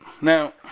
Now